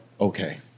okay